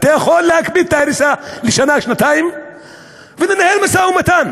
אתה יכול להקפיא את ההריסה לשנה או שנתיים ותנהל משא-ומתן?